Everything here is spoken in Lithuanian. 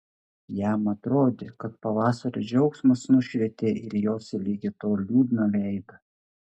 jam atrodė kad pavasario džiaugsmas nušvietė ir jos ligi tol liūdną veidą